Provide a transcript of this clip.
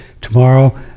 tomorrow